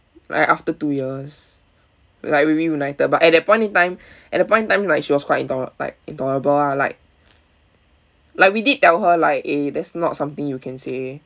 like after two years like we reunited but at that point in time at the point in time like she was quite intol~ like intolerable lah like like we did tell her like eh that's not something you can say